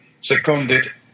seconded